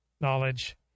knowledge